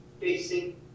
facing